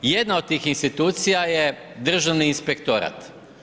Jedna od tih institucija je državni inspektorat.